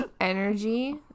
energy